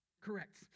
correct